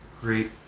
great